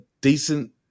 decent